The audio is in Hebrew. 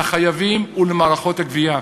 לחייבים ולמערכות הגבייה.